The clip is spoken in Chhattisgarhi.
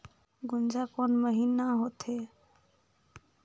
गुनजा कोन महीना होथे?